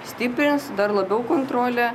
stiprins dar labiau kontrolę